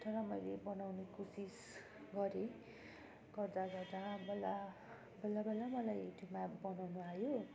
तर मैले बनाउनु कोसिस गरेँ गर्दा गर्दा बल्ल बल्ल बल्ल बल्ल मलाई त्यो म्याफ बनाउनु आयो